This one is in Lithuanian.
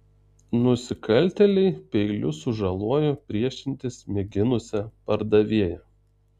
nusikaltėliai peiliu sužalojo priešintis mėginusią pardavėją